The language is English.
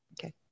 Okay